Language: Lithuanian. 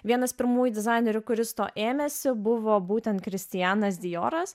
vienas pirmųjų dizainerių kuris to ėmėsi buvo būtent kristianas dijoras